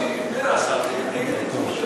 שיפנה השר ויגיד לי,